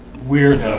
weird. oh,